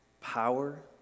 power